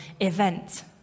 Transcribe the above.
event